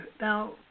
now